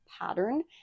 pattern